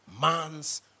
man's